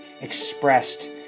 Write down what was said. expressed